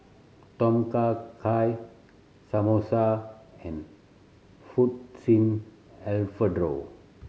Tom Kha Gai Samosa and Fettuccine Alfredo